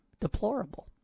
deplorable